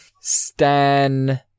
Stan-